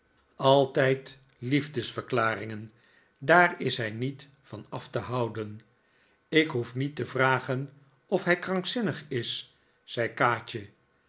altijd liefdesverklaringen daar is hij niet van af te houden ik hoef niet te vragen of hij krankzinnig is zei kaatje